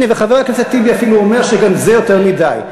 הנה, וחבר הכנסת טיבי אפילו אומר שגם זה יותר מדי.